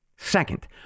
Second